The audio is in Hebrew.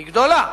היא גדולה,